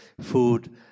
food